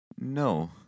No